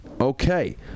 Okay